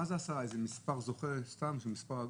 האם זה מספר זוכה סתם כי הוא מספר עגול?